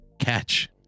catch